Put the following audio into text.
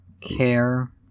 care